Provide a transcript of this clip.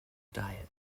diet